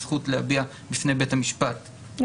זכות להביע בפני בית המשפט.